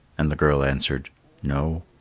and the girl answered no,